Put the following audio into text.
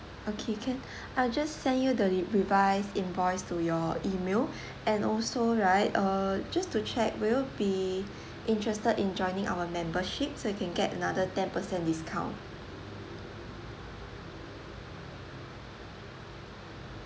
okay can I'll just send you the revised invoice to your email and also right uh just to check would you be interested in joining our membership so you can get another ten percent discount